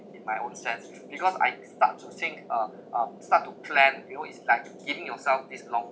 in my own sense because I start to think uh uh start to plan you know it's like giving yourself this long